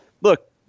look